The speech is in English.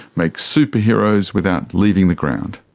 make superheroes without leaving the ground.